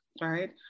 right